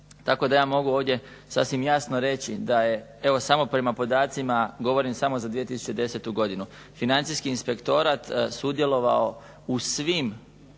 Tako da ja mogu ovdje sasvim jasno reći da je evo samo prema podacima, govorim samo za 2010. godinu, Financijski inspektorat sudjelovao u svim